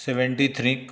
seventy three